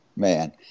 Man